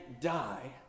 die